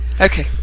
Okay